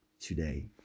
today